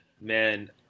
man